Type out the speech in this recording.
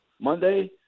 Monday